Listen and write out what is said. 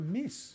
miss